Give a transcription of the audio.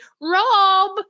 Rob